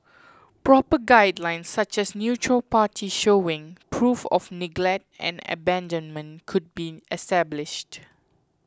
proper guidelines such as the neutral party showing proof of neglect or abandonment could be established